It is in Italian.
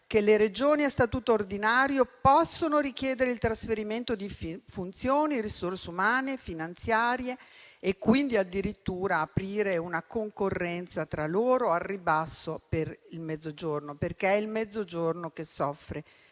che le Regioni a statuto ordinario possono richiedere il trasferimento di funzioni, risorse umane, finanziarie e quindi addirittura aprire una concorrenza tra loro al ribasso per il Mezzogiorno. È infatti il Mezzogiorno che soffre